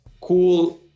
cool